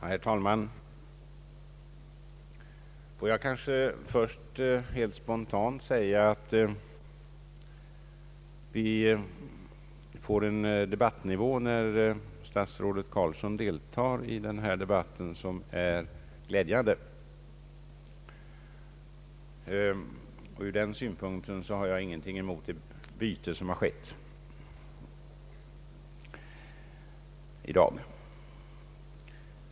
Herr talman! Får jag kanske först helt spontant säga att det när statsrådet Carlsson deltar blir en debattnivå som är glädjande. Från den synpunkten har jag inget emot det byte som skett i dag.